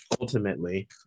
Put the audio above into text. ultimately